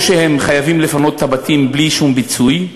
או שהם חייבים לפנות את הבתים בלי שום פיצוי,